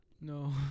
No